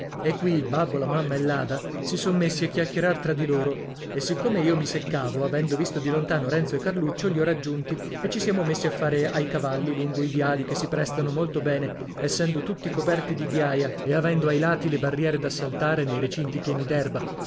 e qui il babbo la mamma e l'ada si son messi a chiacchierar tra di loro e siccome io mi seccavo avendo visto di lontano renzo e carluccio li ho raggiunti e ci siamo messi a fare ai cavalli lungo i viali che si prestano molto bene essendo tutti coperti di ghiaia e avendo ai lati le barriere da saltare nei recinti pieni